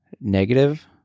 negative